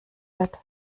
wird